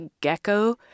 gecko